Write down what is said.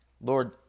Lord